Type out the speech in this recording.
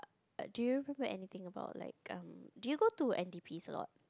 uh do you remember anything about like um do you go to N D P S a lot